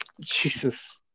Jesus